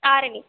Arani